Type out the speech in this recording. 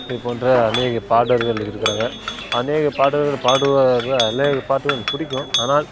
இது போன்ற அநேக பாடகர்கள் இருக்கிறாங்க அநேக பாடகர்களும் பாடுவார் அநேக பாட்டும் எனக்கு பிடிக்கும் ஆனால்